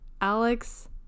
alex